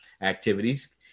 activities